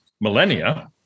millennia